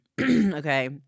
okay